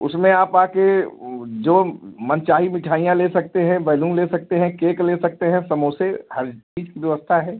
उसमें आप आ कर जो मन चाही मिठाइयाँ ले सकते हैं बैलून ले सकते हैं केक ले सकते हैं समोसे हर चीज़ की व्यवस्था है